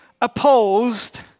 opposed